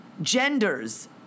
genders